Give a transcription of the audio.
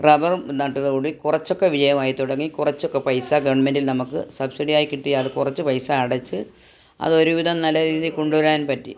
റബ്ബറും നട്ടതോടുകൂടി കുറച്ചൊക്കെ വിജയമായി തൊടങ്ങി കുറച്ചൊക്കെ പൈസ ഗവൺമെന്റിൽ നമുക്ക് സബ്സിഡി ആയി കിട്ടി അത് കുറച്ച് പൈസ അടച്ച് അത് ഒരുവിധം നല്ല രീതി കൊണ്ട് വരാൻ പറ്റി